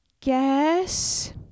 guess